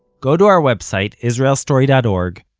go to our website, israelstory dot org,